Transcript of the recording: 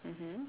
mmhmm